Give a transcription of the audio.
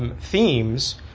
themes